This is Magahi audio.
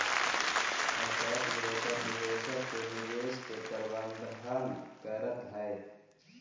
स्टॉक ब्रोकर निवेशक के निवेश के प्रबंधन करऽ हई